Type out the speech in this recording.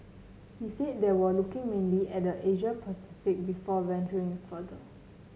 he said they were looking mainly at the Asia Pacific before venturing further